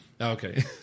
Okay